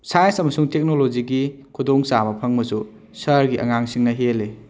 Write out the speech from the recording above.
science ꯑꯃꯁꯨꯡ ꯇꯦꯛꯅꯣꯂꯣꯖꯤꯒꯤ ꯈꯨꯗꯣꯡ ꯆꯥꯕ ꯐꯪꯕꯁꯨ ꯁꯍꯔꯒꯤ ꯑꯉꯥꯡꯁꯤꯡꯅ ꯍꯦꯜꯂꯤ